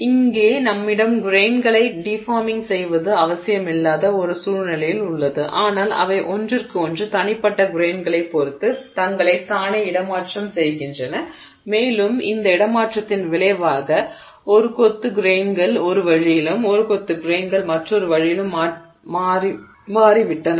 இங்கே நம்மிடம் கிரெய்ன்களை டிஃபார்மிங் செய்வது அவசியமில்லாத ஒரு சூழ்நிலையில் உள்ளது ஆனால் அவை ஒன்றிற்கு ஒன்று தனிப்பட்ட கிரெய்ன்களைப் பொறுத்து தங்களைத் தானே இடமாற்றம் செய்கின்றன மேலும் இந்த இடமாற்றத்தின் விளைவாக ஒரு கொத்து கிரெய்ன்கள் ஒரு வழியிலும் ஒரு கொத்து கிரெய்ன்கள் மற்றொரு வழியிலும் மாற்றிவிட்டன